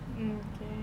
mm okay